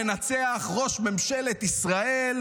זה באמת הפורץ הנוצץ לבסיסי צה"ל,